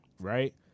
right